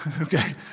Okay